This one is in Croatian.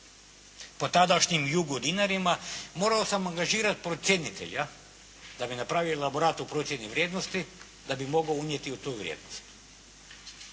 po tadašnjem jugo dinarima, morao sam angažirati procjenitelja da mi napravi elaborat o procjeni vrijednosti da bi mogao unijeti tu vrijednost.